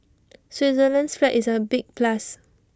Switzerland's flag is A big plus